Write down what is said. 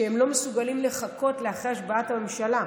שהם לא מסוגלים לחכות לאחר השבעת הממשלה.